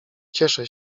cieszę